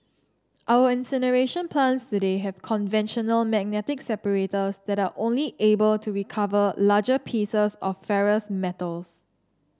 our incineration plants today have conventional magnetic separators that are only able to recover larger pieces of ferrous metals